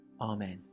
Amen